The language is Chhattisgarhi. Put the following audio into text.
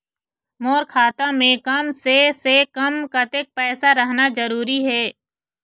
मोर खाता मे कम से से कम कतेक पैसा रहना जरूरी हे?